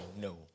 no